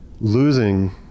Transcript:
losing